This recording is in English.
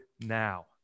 now